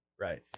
right